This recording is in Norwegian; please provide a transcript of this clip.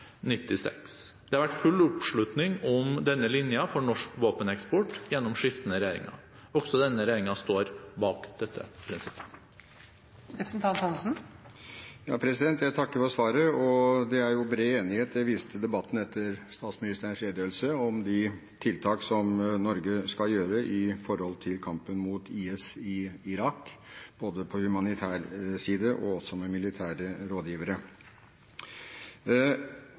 Det har vært full oppslutning om denne linjen for norsk våpeneksport gjennom skiftende regjeringer. Også denne regjeringen står bak dette prinsippet. Jeg takker for svaret. Det er bred enighet – det viste debatten etter statsministerens redegjørelse – om de tiltak som Norge skal gjøre når det gjelder kampen mot IS i Irak, både på humanitær side og med militære rådgivere.